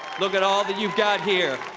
look at all that you have got here.